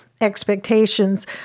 expectations